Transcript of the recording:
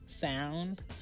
sound